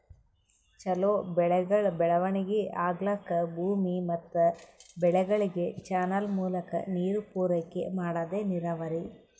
ಛಲೋ ಬೆಳೆಗಳ್ ಬೆಳವಣಿಗಿ ಆಗ್ಲಕ್ಕ ಭೂಮಿ ಮತ್ ಬೆಳೆಗಳಿಗ್ ಚಾನಲ್ ಮೂಲಕಾ ನೀರ್ ಪೂರೈಕೆ ಮಾಡದೇ ನೀರಾವರಿ